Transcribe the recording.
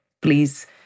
please